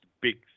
big